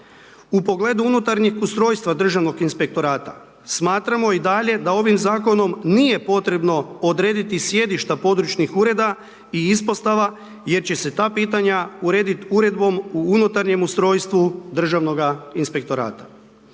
U pogledu unutarnjeg ustrojstva Državnog inspektorata smatramo i dalje da ovim zakonom nije potrebno odrediti sjedišta područnih ureda i ispostava jer će se ta pitanja urediti Uredbom o unutarnjem ustrojstvu Državnoga inspektorata.